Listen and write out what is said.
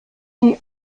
die